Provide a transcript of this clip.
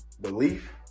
belief